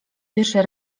pierwszy